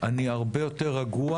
אני הרבה יותר רגוע